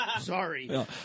sorry